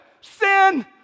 Sin